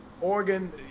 Oregon